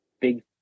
big